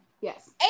Yes